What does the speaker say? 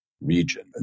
region